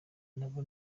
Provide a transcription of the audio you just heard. nabo